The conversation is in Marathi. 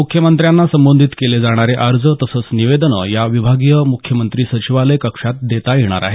मुख्यमंत्र्यांना संबोधून केले जाणारे अर्ज तसंच निवेदनं या विभागीय म्ख्यमंत्री सचिवालय कक्षात देता येणार आहेत